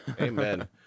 Amen